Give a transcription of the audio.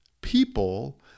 people